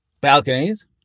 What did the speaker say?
balconies